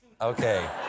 Okay